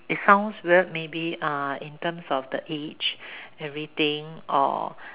it sounds weird maybe uh in terms of the age everything or